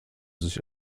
sich